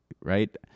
right